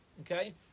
Okay